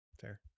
Fair